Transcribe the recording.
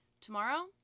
tomorrow